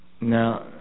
Now